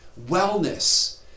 wellness